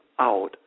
out